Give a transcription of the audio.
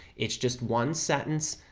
it's just one sentence,